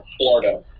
Florida